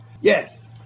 Yes